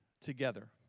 together